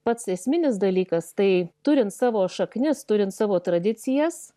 pats esminis dalykas tai turint savo šaknis turint savo tradicijas